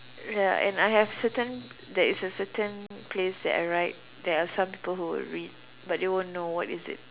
ya and I have certain there is a certain place that I write there are some people who will read but they won't know what is it